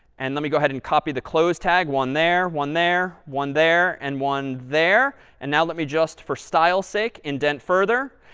and let me go ahead and copy the close tag. one there, one there, one there, and one there. and now, let me just, for style's sake, indent further.